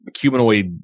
Humanoid